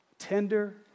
Tender